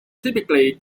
typically